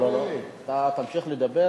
לא לא לא, אתה תמשיך לדבר.